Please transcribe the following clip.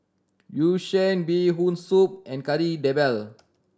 Yu Sheng Bee Hoon Soup and Kari Debal